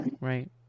right